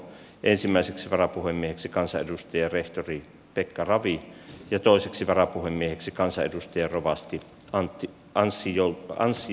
ensimmäiseksi varapuhemieheksi kansanedustaja rehtori pekka ravi ja toiseksi varapuhemieheksi kansanedustaja rovasti antti varis sijoittui anssi